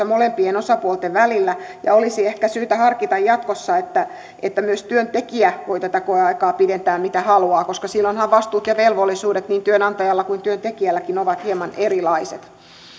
molempien osapuolten välillä ja olisi ehkä syytä harkita jatkossa että että myös työntekijä voi tätä koeaikaa pidentää miten haluaa koska silloinhan vastuut ja velvollisuudet niin työnantajalla kuin työntekijälläkin ovat hieman erilaiset